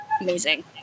amazing